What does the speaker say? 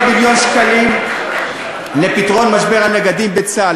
700 מיליון שקלים לפתרון משבר הנגדים בצה"ל.